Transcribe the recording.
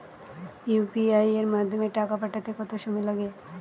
UPI এর মাধ্যমে টাকা পাঠাতে কত সময় লাগে?